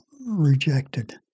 rejected